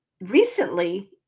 recently